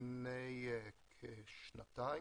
לפני כמעט שנתיים.